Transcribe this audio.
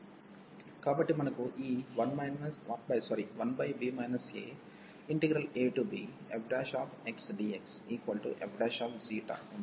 కాబట్టి మనకు ఈ 1b aabfxdxfఉంది